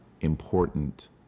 important